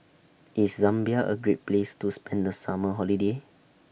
IS Zambia A Great Place to spend The Summer Holiday